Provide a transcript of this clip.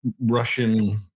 Russian